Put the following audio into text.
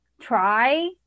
try